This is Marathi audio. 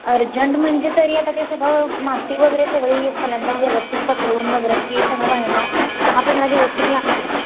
अर्जंट म्हणजे तरी आता ते सगळं माती वगैरे सगळी पहिल्यांदा व्यवस्थित पसरून वगैरे की सगळं व्हायला दहा पंधरा दिवस तरी लागतील